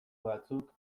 batzuk